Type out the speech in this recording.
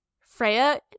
Freya